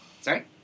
sorry